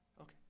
okay